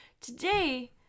Today